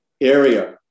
area